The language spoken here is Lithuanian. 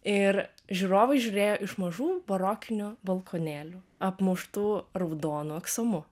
ir žiūrovai žiūrėjo iš mažų barokinių balkonėlių apmuštų raudonu aksomu